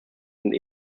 sind